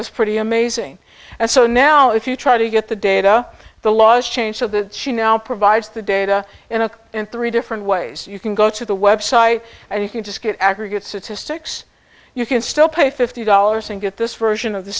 was pretty amazing and so now if you try to get the data the laws change so that she now provides the data in a in three different ways you can go to the website and you can just get aggregate statistics you can still pay fifty dollars and get this version of the